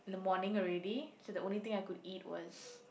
in the morning already so the only thing I could eat was